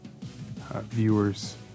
viewers